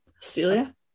celia